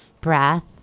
breath